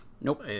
Nope